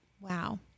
Wow